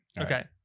Okay